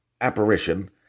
apparition